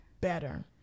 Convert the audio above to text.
better